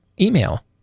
email